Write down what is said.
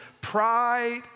pride